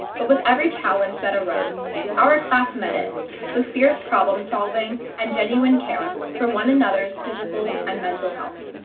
but with every challenge that arose our class met it with fierce problem solving and genuine care for one another's physical and mental health.